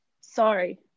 Sorry